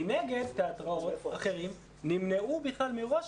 מנגד תיאטראות אחרים נמנעו בכלל מראש